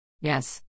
Yes